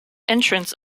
entrance